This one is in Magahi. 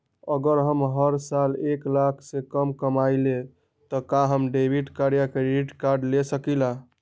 अगर हम हर साल एक लाख से कम कमावईले त का हम डेबिट कार्ड या क्रेडिट कार्ड ले सकीला?